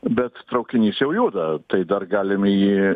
bet traukinys jau juda tai dar galim į jį